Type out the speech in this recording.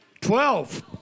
Twelve